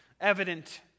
evident